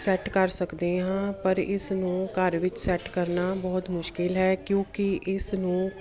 set ਕਰ ਸਕਦੇ ਹਾਂ ਪਰ ਇਸ ਨੂੰ ਘਰ ਵਿੱਚ ਸੈੱਟ ਕਰਨਾ ਬਹੁਤ ਮੁਸ਼ਕਲ ਹੈ ਕਿਉਂਕਿ ਇਸ ਨੂੰ